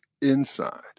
inside